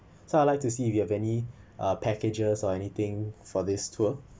so I would like to see if you have any uh packages or anything for this tour